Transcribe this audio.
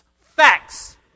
facts